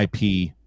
IP